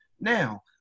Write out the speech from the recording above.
Now